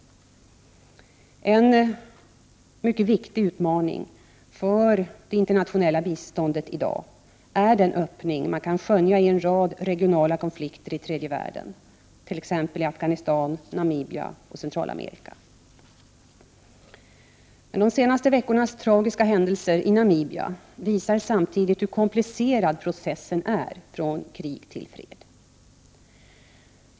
En mycket viktig utmaning för det internationella biståndet i dag är den öppning som man har kunnat skönja i en rad regionala konflikter i tredje världen, t.ex i Afghanistan, Namibia och Centralamerika. De senaste veckornas tragiska händelser i Namibia visar samtidigt hur 39 komplicerad processen från krig till fred är.